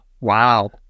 Wow